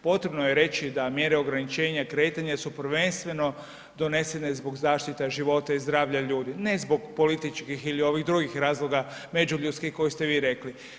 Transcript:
Potrebno je reći da mjere ograničenja kretanja su prvenstveno donesene zbog zaštita života i zdravlja ljudi, ne zbog političkih ili ovih drugih razloga međuljudskih koje ste vi rekli.